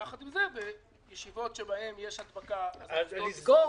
יחד עם זה, בישיבות שבהן יש הדבקה צריך לסגור.